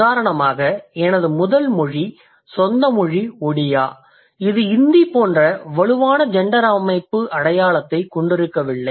உதாரணமாக எனது முதல் மொழி சொந்த மொழி ஒடியா இது இந்தி போன்ற வலுவான ஜெண்டர் அடையாளத்தைக் கொண்டிருக்கவில்லை